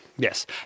Yes